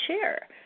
share